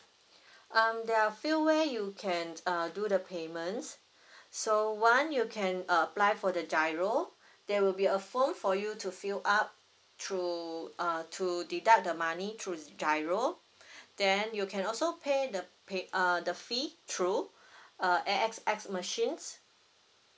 um there are a few way you can uh do the payments so one you can uh apply for the giro there will be a form for you to fill up through uh through deduct the money through the giro then you can also pay the pay uh the fee through uh A_X_S machines